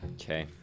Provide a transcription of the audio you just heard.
Okay